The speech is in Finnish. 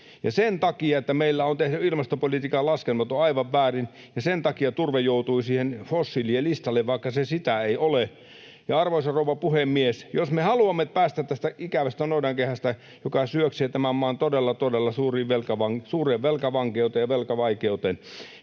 sen takia, että meillä on tehty ilmastopolitiikan laskelmat aivan väärin. Sen takia turve joutui fossiilien listalle, vaikka se sitä ei ole. Arvoisa rouva puhemies, jos me haluamme päästä tästä ikävästä noidankehästä, joka syöksee tämän maan todella, todella suureen velkavankeuteen ja velkavaikeuteen,